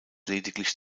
lediglich